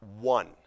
one